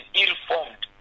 ill-formed